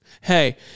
Hey